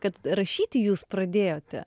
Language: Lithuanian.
kad rašyti jūs pradėjote